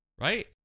Right